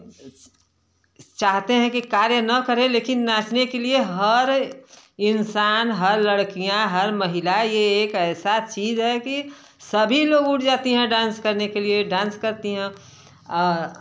चाहते हैं कि कार्य न करें लेकिन नाचने के लिए हर इंसान हर लड़कियाँ हर महिला यह एक ऐसा चीज़ है कि सभी लोग उठ जाती है डांस करने के लिए डांस करती हैं